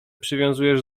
przywiązujesz